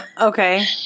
Okay